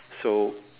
so